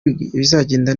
bizagenda